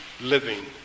living